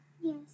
Yes